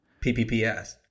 PPPS